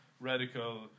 radical